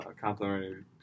complimentary